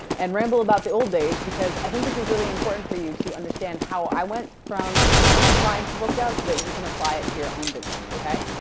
and ramble about the old days because i think this is really important for you to understand how i went from inconsistent clients to booked out so that you can apply it to your own business. okay?